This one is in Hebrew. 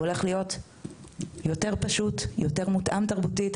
הוא הולך להיות יותר פשוט ויותר מותאם תרבותית.